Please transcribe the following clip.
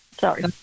Sorry